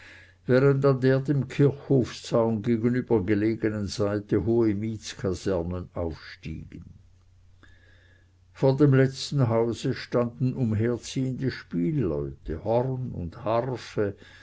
während an der dem kirchhofszaun gegenübergelegenen seite hohe mietskasernen aufstiegen vor dem letzten hause standen umherziehende spielleute horn und harfe